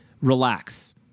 relax